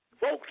Folks